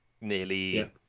nearly